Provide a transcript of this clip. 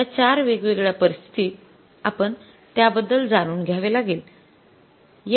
आणि त्या चार वेगवेगळ्या परिस्थितीत आपण त्याबद्दल जाणून घ्यावे लागेल